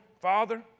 Father